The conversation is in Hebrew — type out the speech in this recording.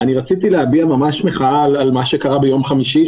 רציתי להביע ממש מחאה על מה שקרה ביום חמישי,